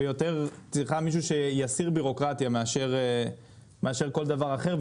ויותר היא צריכה מישהו שיסיר בירוקרטיה מאשר כל דבר אחר,